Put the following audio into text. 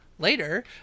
later